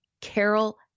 Carol